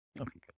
Okay